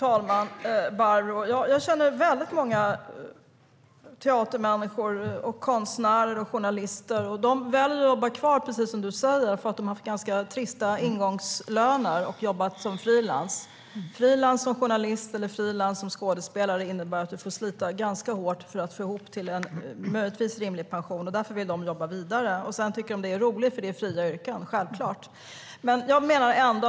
Fru talman! Jag känner väldigt många teatermänniskor, konstnärer och journalister. Precis som du säger väljer de att jobba kvar därför att de har haft ganska låga ingångslöner och jobbat som frilans. Frilans som journalist eller frilans som skådespelare innebär att du får slita ganska hårt för att få ihop till en rimlig pension. Därför vill de jobba vidare, och sedan tycker de också att det är roligt att jobba i fria yrken.